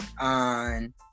On